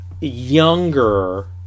younger